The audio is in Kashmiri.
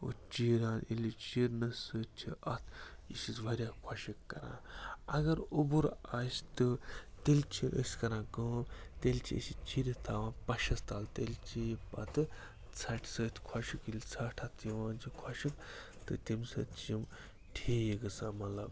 گۄڈٕ چیٖران ییٚلہِ یہِ چیرنہٕ سۭتۍ چھِ اَتھ یہِ چھِ أسۍ واریاہ خۄشِک کَران اگر اوٚبُر آسہِ تہٕ تیٚلہِ چھِ أسۍ کَران کٲم تیٚلہِ چھِ أسۍ یہِ چیٖرِتھ تھاوان پَشَس تَل تیٚلہِ چھِ یہِ پَتہٕ ژھَٹہِ سۭتۍ خۄشِک ییٚلہِ ژھَٹھ اَتھ یِوان چھِ خۄشِک تہٕ تَمہِ سۭتۍ چھِ یِم ٹھیٖک گژھان مطلب